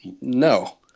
No